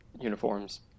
uniforms